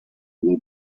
will